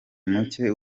muke